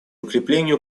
укреплению